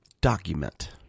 document